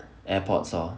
AirPods lor